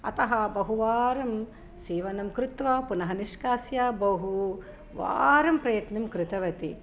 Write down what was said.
अतः बहुवारं सीवनं कृत्वा पुनः निश्कास्य बहु वारं प्रयत्नं कृतवति